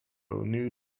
new